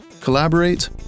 Collaborate